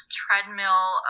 treadmill